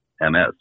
MS